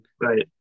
right